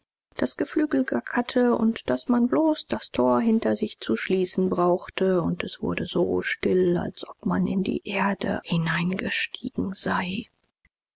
das geflügel gackerte und daß man bloß das tor hinter sich zu schließen brauchte und es wurde so still als ob man in die erde hineingestiegen sei